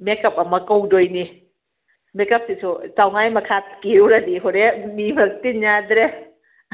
makeup ꯑꯃ ꯀꯧꯗꯣꯏꯅꯤ ꯃꯦꯛꯀꯞꯇꯨꯁꯨ ꯆꯥꯝꯃꯉꯥꯒꯤ ꯃꯈꯥ ꯄꯤꯔꯨꯔꯗꯤ ꯍꯨꯔꯦꯟ ꯃꯤ ꯃꯔꯛ ꯇꯤꯟ ꯌꯥꯗ꯭ꯔꯦ